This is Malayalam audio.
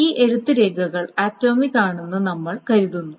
ഈ എഴുത്ത് രേഖകൾ ആറ്റോമിക് ആണെന്ന് നമ്മൾ കരുതുന്നു